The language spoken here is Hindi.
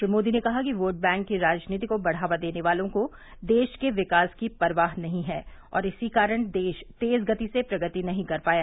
श्री मोदी ने कहा कि योट बैंक की राजनीति को बढ़ावा देने वालों को देश के विकास की परवाह नहीं है और इसी कारण देश तेज गति से प्रगति नहीं कर पाया